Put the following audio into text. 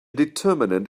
determinant